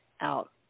out